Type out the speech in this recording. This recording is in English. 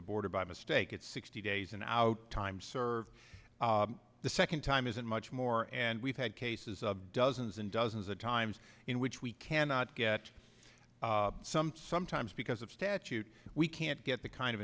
the border by mistake it's sixty days and out time served the second time isn't much more and we've had cases of dozens and dozens of times in which we cannot get some sometimes because of statute we can't get the kind of